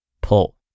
pull